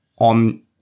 on